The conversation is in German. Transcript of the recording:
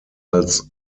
als